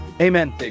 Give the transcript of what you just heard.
amen